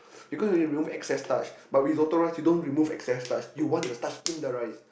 because when we remove excess starch but Rizotto rice we don't remove excess starch you want the starch in the rice